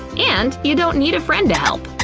and you don't need a friend to help,